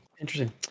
interesting